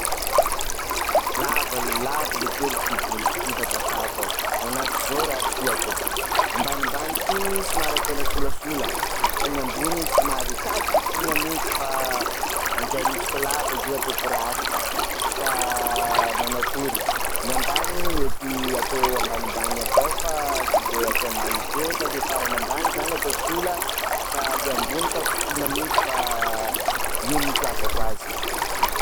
Lava- lava lekely ty voloko ty fa tapaho koa, manahaky zao raha tiako, ambanimbany ty somary ataonao solasola fa ny ambony somary, kay kitihina mihintsy fa anjrarisiko lava izy io ataoko rasta, ka manakory, ny ambany mety atao ambanimbany avao fa tsy de atao ambany be fa le farany ambany atao sola, ka le ambony kay kitihina mihintsy fa io no itiavako azy.